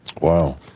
Wow